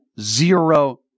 zero